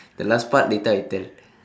the last part later I tell